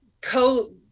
co